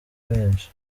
benshi